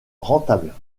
rentable